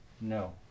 No